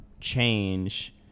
change